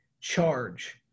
charge